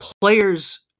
Players